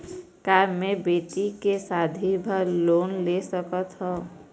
का मैं बेटी के शादी बर लोन ले सकत हावे?